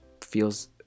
feels